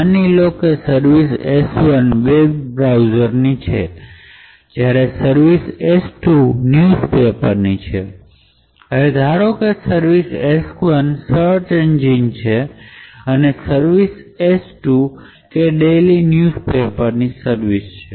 માની લો કે સર્વિસ s ૧ વેબ બ્રાઉઝરની છે જ્યારે service S two newspaper ની છે અને હવે ધારો કે service S one search engine છે અને સર્વિસે s કે ડેઇલી ન્યૂઝ પેપર સર્વિસ છે